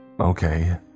Okay